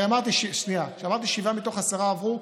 אמרתי ששבעה מתוך עשרה עברו,